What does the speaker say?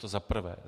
To za prvé.